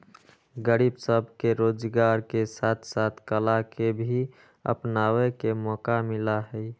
गरीब सब के रोजगार के साथ साथ कला के भी अपनावे के मौका मिला हई